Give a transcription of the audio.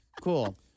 cool